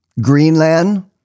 Greenland